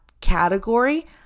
category